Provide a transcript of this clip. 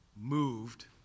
moved